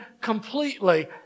completely